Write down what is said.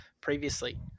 Previously